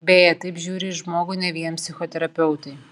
beje taip žiūri į žmogų ne vien psichoterapeutai